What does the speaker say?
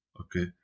okay